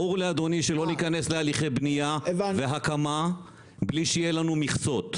ברור לאדוני שלא ניכנס להליכי בנייה והקמה בלי שיהיו לנו מכסות.